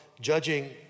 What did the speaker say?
judging